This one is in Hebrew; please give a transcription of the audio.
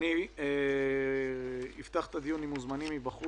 אני אפתח את הדיון עם מוזמנים מבחוץ.